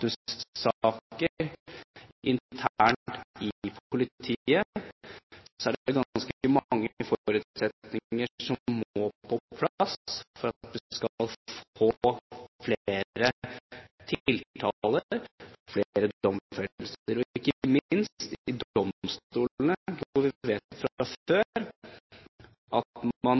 i politiet, er det ganske mange forutsetninger som må på plass for at vi skal få flere tiltaler og flere domfellelser – ikke minst i domstolene, hvor vi vet fra før at man